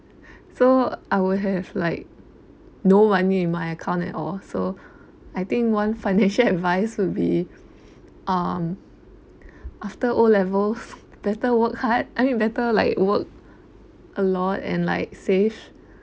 so I will have like no money in my account at all so I think one financial advice will be um after O levels better work hard I mean better like work a lot and like save